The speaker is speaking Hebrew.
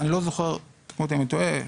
לא יודע אם אני טועה,